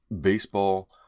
baseball